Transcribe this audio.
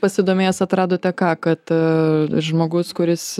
pasidomėjęs atradote ką kad žmogus kuris